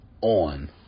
on